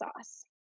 sauce